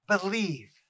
believe